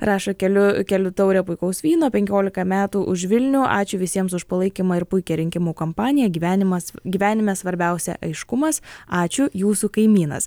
rašo keliu keliu taurę puikaus vyno penkiolika metų už vilnių ačiū visiems už palaikymą ir puikią rinkimų kampaniją gyvenimas gyvenime svarbiausia aiškumas ačiū jūsų kaimynas